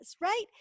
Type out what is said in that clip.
right